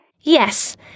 Yes